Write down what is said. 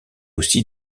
aussi